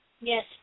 Yes